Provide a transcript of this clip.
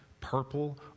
purple